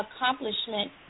accomplishment